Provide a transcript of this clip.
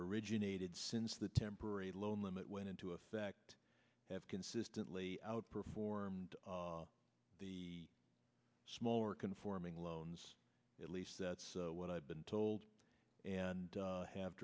originated since the temporary loan limit went into effect have consistently outperformed the smaller conforming loans at least that's what i've been told and